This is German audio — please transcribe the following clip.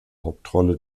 hauptrolle